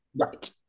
Right